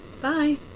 Bye